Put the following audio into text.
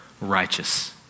righteous